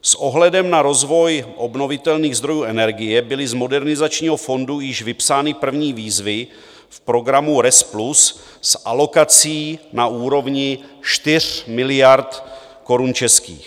S ohledem na rozvoj obnovitelných zdrojů energie byly z Modernizačního fondu již vypsány první výzvy v programu RES Plus s alokací na úrovni 4 miliard korun českých.